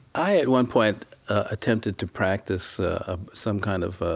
i at one point attempted to practice some kind of